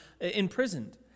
imprisoned